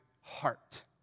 heart